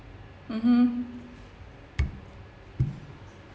mmhmm